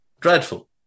Dreadful